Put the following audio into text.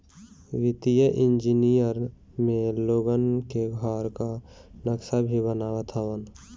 वित्तीय इंजनियर में लोगन के घर कअ नक्सा भी बनावत हवन